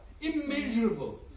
Immeasurable